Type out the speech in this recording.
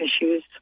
issues